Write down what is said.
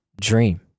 dream